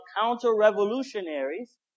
counter-revolutionaries